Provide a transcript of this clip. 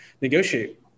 negotiate